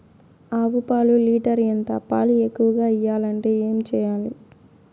ఆవు పాలు లీటర్ ఎంత? పాలు ఎక్కువగా ఇయ్యాలంటే ఏం చేయాలి?